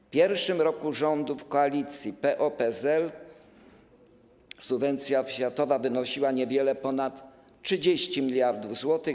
W pierwszym roku rządów koalicji PO-PSL subwencja oświatowa wynosiła niewiele ponad 30 mld zł.